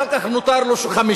אחר כך נותרו לו חמישה,